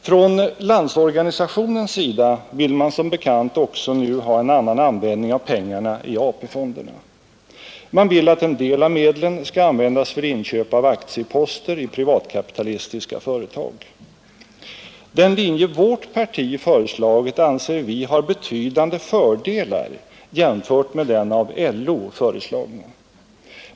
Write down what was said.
Från Landsorganisationens sida vill man som bekant också nu ha en annan användning av pengarna i AP-fonderna. Man vill att en del av medlen skall användas för inköp av aktieposter i privatkapitalistiska företag. Den linje vårt parti föreslagit anser vi ha betydande fördelar i jämförelse med den av LO föreslagna.